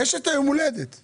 אשת היום הולדת.